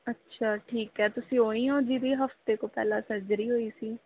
ਅੱਛਾ ਠੀਕ ਹੈ ਤੁਸੀਂ ਉਹ ਹੀ ਹੋ ਜਿਹਦੀ ਹਫ਼ਤੇ ਕੁ ਪਹਿਲਾਂ ਸਰਜਰੀ ਹੋਈ ਸੀ